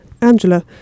Angela